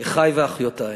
אחי ואחיותי,